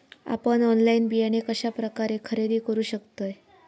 आपन ऑनलाइन बियाणे कश्या प्रकारे खरेदी करू शकतय?